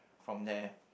from there